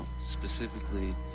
Specifically